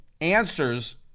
answers